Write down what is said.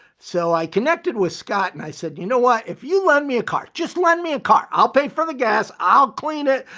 so i connected with scott and i said, you know what, if you lend me a car, just lend me a car, i'll pay for the gas, i'll clean it.